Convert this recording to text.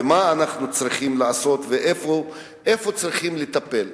ומה אנחנו צריכים לעשות, ואיפה צריכים לטפל?